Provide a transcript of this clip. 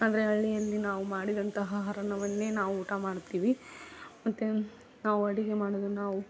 ಆದರೆ ಹಳ್ಳಿಯಲ್ಲಿ ನಾವು ಮಾಡಿದಂತಹ ಆಹಾರವನ್ನೆ ನಾವು ಊಟ ಮಾಡ್ತೀವಿ ಮತ್ತು ನಾವು ಅಡುಗೆ ಮಾಡೋದನ್ನು ನಾವು